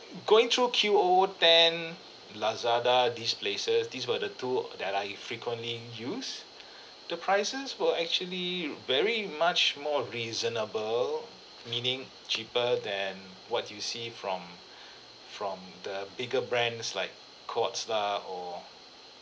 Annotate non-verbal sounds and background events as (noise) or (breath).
going through Q_O_O_Ten Lazada these places these were the two that I frequently use (breath) the prices were actually very much more reasonable meaning cheaper than what you see from (breath) from the bigger brands like Courts lah or